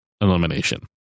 elimination